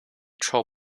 troll